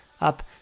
up